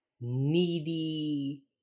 needy